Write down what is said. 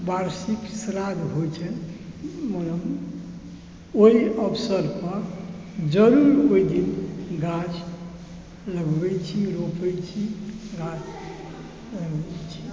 श्राद्ध होइ छनि मतलब ओहि अवसर पर ज़रूर ओहि दिन गाछ लगबै छी रोपै छी गाछ लगबै छी